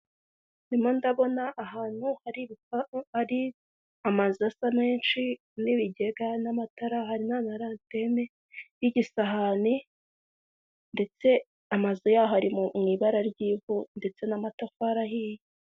Ndimo ndabona ahantu hari amazu asa menshi n'ibigega n'amatara, hari n'ahantu hari antene y'igisahani ndetse amazu yaho ari mu ibara ry'ivu ndetse n'amatafari ahiye.